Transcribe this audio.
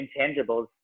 intangibles